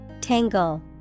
Tangle